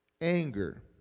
anger